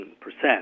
percent